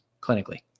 clinically